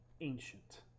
ancient